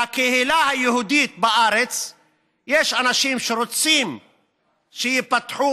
בקהילה היהודית בארץ יש אנשים שרוצים שייפתחו